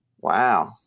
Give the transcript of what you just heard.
wow